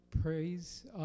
Praise